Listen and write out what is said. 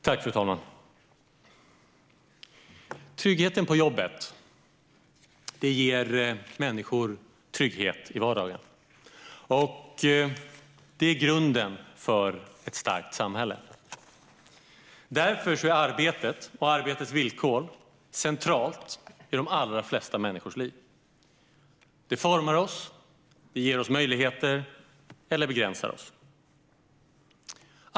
Fru talman! Tryggheten på jobbet ger människor trygghet i vardagen. Det är grunden för ett starkt samhälle. Därför är arbetet och arbetets villkor centralt i de allra flesta människors liv. Det formar oss, det ger oss möjligheter eller begränsar oss.